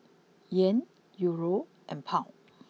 Yen Euro and Pound